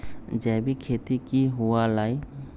जैविक खेती की हुआ लाई?